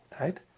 right